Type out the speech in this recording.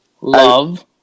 Love